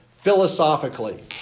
philosophically